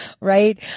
right